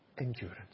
endurance